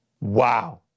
wow